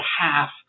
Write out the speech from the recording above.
half